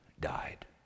died